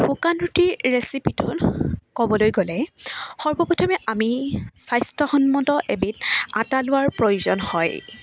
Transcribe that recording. শুকান ৰুটিৰ ৰেচিপিটো ক'বলৈ গ'লে সৰ্বপ্ৰথমে আমি স্বাস্থ্যসন্মত এবিধ আটা লোৱাৰ প্ৰয়োজন হয়